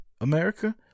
America